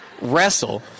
wrestle